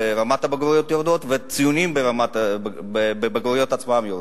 רמת הבגרויות יורדת והציונים עצמם יורדים.